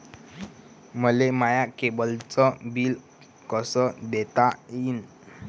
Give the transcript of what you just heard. मले माया केबलचं बिल कस देता येईन?